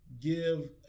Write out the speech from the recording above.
give